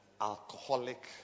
alcoholic